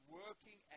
working